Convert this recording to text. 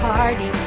Party